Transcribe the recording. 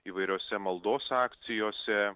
įvairiose maldos akcijose